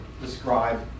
describe